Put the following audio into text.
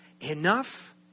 enough